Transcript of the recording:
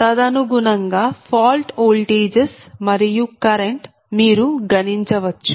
తదనుగుణంగా fault voltages మరియు current మీరు గణించవచ్చు